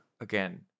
Again